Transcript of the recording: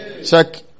Check